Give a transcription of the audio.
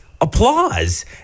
applause